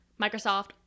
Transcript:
Microsoft